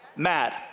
Mad